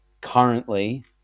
currently